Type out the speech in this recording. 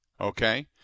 okay